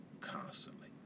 constantly